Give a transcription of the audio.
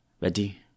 Ready